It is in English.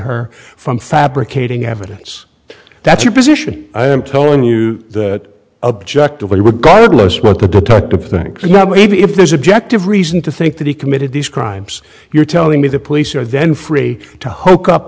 her from fabricating evidence that's your position i am telling you that objectively regardless what the detective thinks you know maybe if there's objective reason to think that he committed these crimes you're telling me the police are then free to hold up